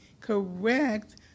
correct